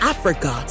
Africa